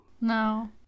No